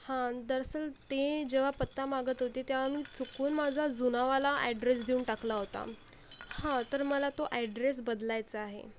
हां दरअसल ते जेव्हा पत्ता मागत होते त्या मी चुकून माझा जुनावाला ॲड्रेस देऊन टाकला होता हां तर मला तो ॲड्रेस बदलायचा आहे